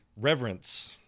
reverence